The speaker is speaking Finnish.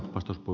lyhyesti